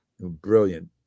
Brilliant